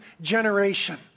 generation